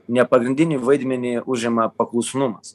ne pagrindinį vaidmenį užima paklusnumas